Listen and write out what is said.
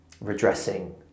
redressing